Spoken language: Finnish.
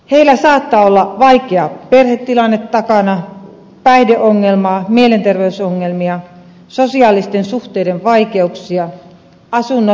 heillä saattaa olla vaikea perhetilanne takana päihdeongelmaa mielenterveysongelmia sosiaalisten suhteiden vaikeuksia asunnottomuutta